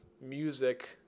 Music